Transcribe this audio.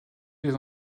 les